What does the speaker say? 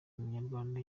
umunyarwanda